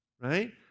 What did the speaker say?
right